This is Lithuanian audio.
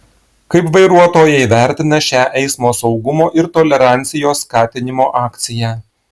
kaip vairuotojai vertina šią eismo saugumo ir tolerancijos skatinimo akciją